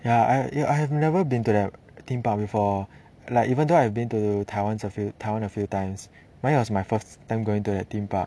ya I I have never been to that theme park before like even though I have been to 台湾台湾 a few times but then it was my first time going to the theme park